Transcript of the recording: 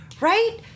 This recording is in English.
Right